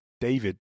David